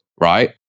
right